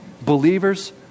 Believers